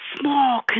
small